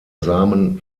samen